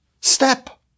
step